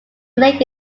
lake